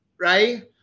right